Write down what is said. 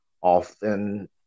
often